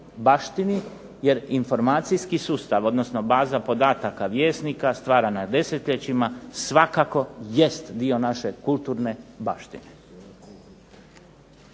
baštini, jer informacijski sustav, odnosno baza podataka Vjesnika stvarana je desetljećima, svakako jest dio naše kulturne baštine.